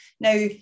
now